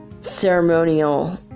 ceremonial